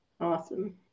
Awesome